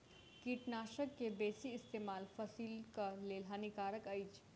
कीटनाशक के बेसी इस्तेमाल फसिलक लेल हानिकारक अछि